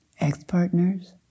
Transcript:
ex-partners